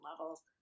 levels